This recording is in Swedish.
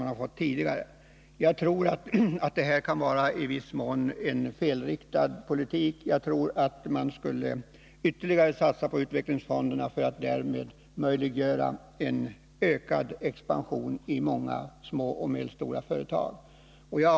Därtill kommer ökade möjligheter för garantilån. Jag tror att besparingar i viss mån kan vara en felriktad politik. Man borde ytterligare satsa på utvecklingsfonderna för att därmed möjliggöra en ökad expansion för många små och medelstora företag.